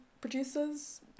producers